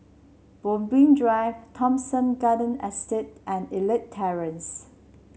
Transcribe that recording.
Moonbeam Drive Thomson Garden Estate and Elite Terrace